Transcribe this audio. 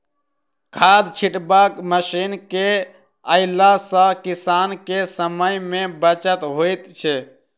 खाद छिटबाक मशीन के अयला सॅ किसान के समय मे बचत होइत छै